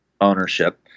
ownership